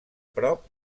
prop